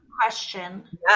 question